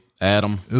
adam